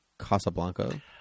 Casablanca